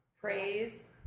Praise